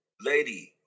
lady